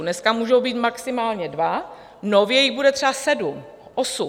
Dneska můžou být maximálně dva, nově jich bude třeba sedm, osm.